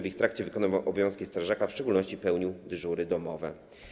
W ich trakcie wykonywał obowiązki strażaka, w szczególności pełnił dyżury domowe.